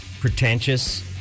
pretentious